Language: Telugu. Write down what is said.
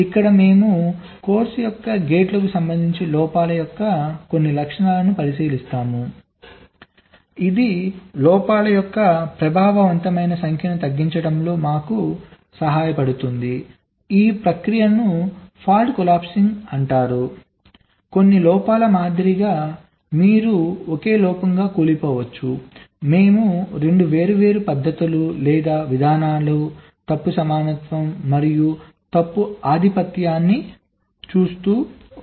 కాబట్టి ఇక్కడ మేము కోర్సు యొక్క గేట్లకు సంబంధించి లోపాల యొక్క కొన్ని లక్షణాలను పరిశీలిస్తాము ఇది లోపాల యొక్క ప్రభావవంతమైన సంఖ్యను తగ్గించడంలో మాకు సహాయపడుతుంది ఈ ప్రక్రియను లోపం కూలిపోవడం అంటారు కొన్ని లోపాల మాదిరిగా మీరు ఒకే లోపంగా కూలిపోవచ్చు మేము 2 వేర్వేరు పద్ధతులు లేదా విధానాలు తప్పు సమానత్వం మరియు తప్పు ఆధిపత్యాన్ని చూస్తాము